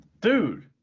Dude